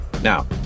Now